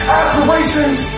aspirations